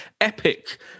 epic